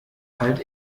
halt